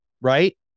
right